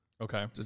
Okay